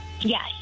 Yes